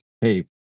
Hey